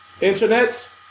internets